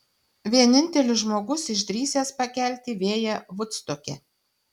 vienintelis žmogus išdrįsęs pakelti vėją vudstoke